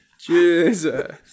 Jesus